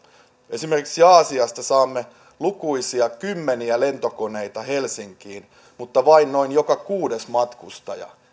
esimerkiksi aasiasta saamme lukuisia kymmeniä lentokoneita helsinkiin mutta vain noin joka kuudes matkustaja